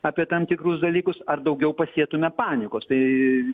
apie tam tikrus dalykus ar daugiau pasėtume panikos tai